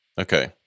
Okay